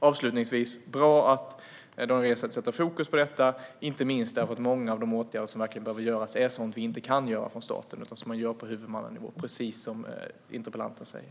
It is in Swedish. Det är bra att Daniel Riazat sätter fokus på detta, inte minst därför att många av de åtgärder som verkligen behöver göras är sådana som vi inte kan göra från statens sida utan som man gör på huvudmannanivå, precis som interpellanten säger.